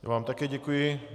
Já vám také děkuji.